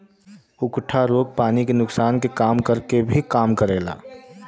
उकठा रोग पानी के नुकसान के कम करे क भी काम करेला